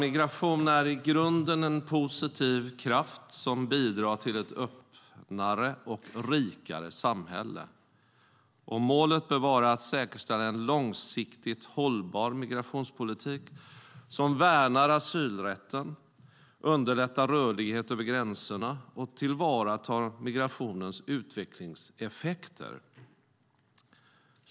Migration är i grunden en positiv kraft som bidrar till ett öppnare och rikare samhälle. Målet bör vara att säkerställa en långsiktigt hållbar migrationspolitik som värnar asylrätten, underlättar rörlighet över gränserna och tillvaratar migrationens utvecklingseffekter.